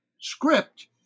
script